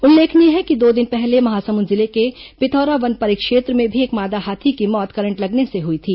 उल्लेखनीय है कि दो दिन पहले महासमुंद जिले के पिथौरा वन परिक्षेत्र में भी एक मादा हाथी की मौत करंट लगने से हुई थी